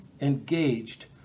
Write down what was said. engaged